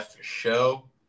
show